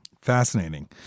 fascinating